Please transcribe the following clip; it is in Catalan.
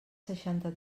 seixanta